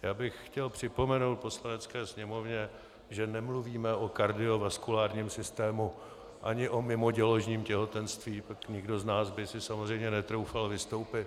Já bych chtěl připomenout Poslanecké sněmovně, že nemluvíme o kardiovaskulárním systému ani o mimoděložním těhotenství, nikdo z nás by si samozřejmě netroufal vystoupit.